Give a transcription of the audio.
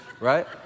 right